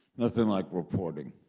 nothing like reporting.